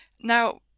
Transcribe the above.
Now